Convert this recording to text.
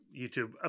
YouTube